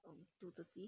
um two thirty